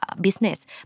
business